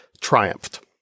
triumphed